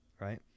right